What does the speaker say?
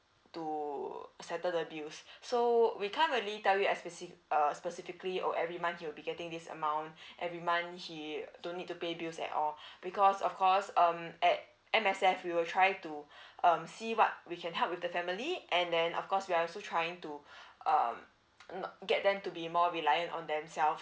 to settle the deals so we can't really tell you especi~ uh specifically or every month he will be getting this amount every month he don't need to pay bills at all because of course um at M_S_F we will try to um see what we can help with the family and then of course we're also trying to um get them to be more reliant on themselves